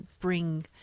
bring